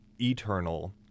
eternal